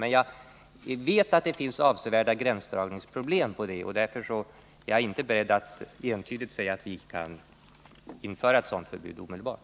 Men jag vet att det finns avsevärda gränsdragningsproblem, och därför är jag inte beredd att entydigt uttala att vi omedelbart skall införa en sådant vidgat förbud.